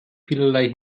vielerlei